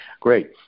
Great